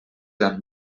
amb